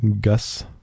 Gus